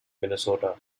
minnesota